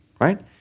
right